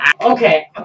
Okay